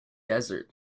desert